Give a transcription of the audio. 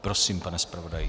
Prosím, pane zpravodaji.